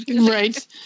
Right